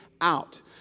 out